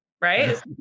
right